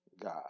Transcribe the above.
God